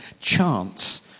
chance